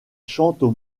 chantent